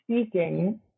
speaking